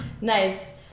Nice